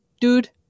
dude